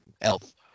elf